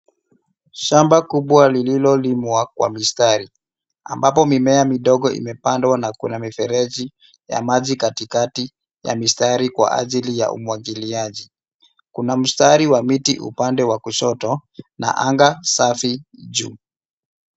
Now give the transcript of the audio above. Shamba kubwa lililo limwa kwa mstari ambapo mimea midogo imepandwa na kuna mifereji ya maji katikati ya mistari kwa ajali ya umwagiliaji. Kuna mstari wa miti upande wa kushoto na angaa safi juu.